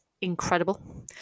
incredible